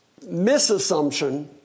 misassumption